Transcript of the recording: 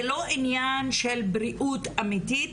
זה לא עניין של בריאות אמיתית,